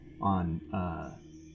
on